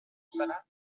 salah